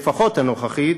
לפחות הנוכחית,